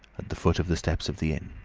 at the foot of the steps of the inn.